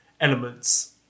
elements